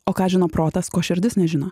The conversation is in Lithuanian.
o ką žino protas ko širdis nežino